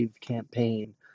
campaign